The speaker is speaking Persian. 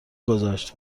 گذاشت